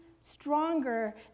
stronger